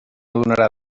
donarà